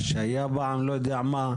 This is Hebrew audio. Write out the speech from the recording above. מה שהיה פעם לא יודע מה.